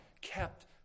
kept